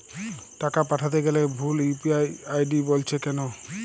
টাকা পাঠাতে গেলে ভুল ইউ.পি.আই আই.ডি বলছে কেনো?